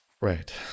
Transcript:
Right